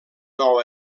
nou